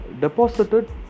Deposited